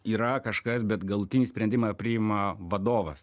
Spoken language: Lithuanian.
yra kažkas bet galutinį sprendimą priima vadovas